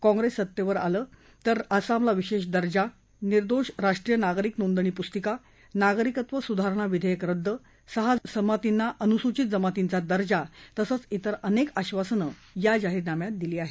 काँप्रेस सत्तेवर आल्यास आसामला विशेष दर्जा निर्दोष राष्ट्रीय नागरिक नोंदणी पुस्तिका नागरिकत्व सुधारणा विधेयक रद्द सहा जमातींना अनुसूचित जमातींचा दर्जा तसंच तिर अनेक आश्वासनं या जाहीरनाम्यात दिली आहेत